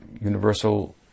universal